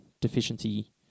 deficiency